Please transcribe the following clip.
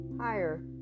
higher